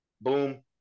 Boom